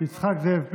יצחק זאב פינדרוס,